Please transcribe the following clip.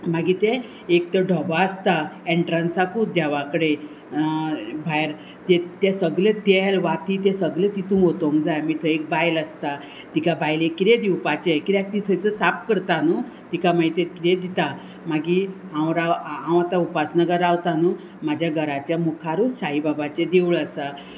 मागीर ते एक तो ढोबो आसता एन्ट्रंसाकूच देवा कडे भायर ते ते सगले तेल वाती ते सगले तितूंत वतूंक जाय मागीर थंय एक बायल आसता तिका बायलेक कितें दिवपाचे किद्याक ती थंयच साप करता न्हू तिका मागीर ते किदें दिता मागीर हांव राव हांव आतां उपासनगर रावता न्हू म्हाज्या घराच्या मुखारूच साईबाबाचें देवूळ आसा